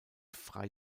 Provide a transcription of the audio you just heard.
frei